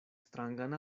strangan